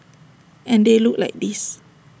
and they look like this